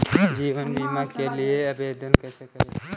जीवन बीमा के लिए आवेदन कैसे करें?